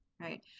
right